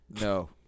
No